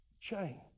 chain